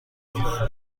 نگاهی